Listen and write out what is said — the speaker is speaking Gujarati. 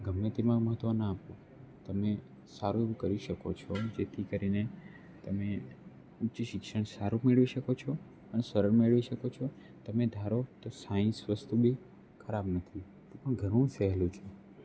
ગમે તેમાં મહત્ત્વ ન આપો તમે સારું કરી શકો છો જેથી કરીને તમે ઊંચી શિક્ષણ સારું મેળવી શકો છો અને સરળ મેળવી શકો છો તમે ધારો તો સાયન્સ વસ્તુ બી ખરાબ નથી તે પણ ઘણું સહેલું છે